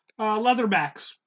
leatherbacks